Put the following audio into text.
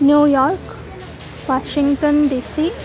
New York Washington DC